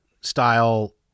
style